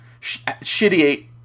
shitty